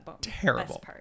terrible